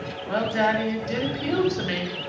well, daddy, it did appeal to me!